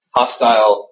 hostile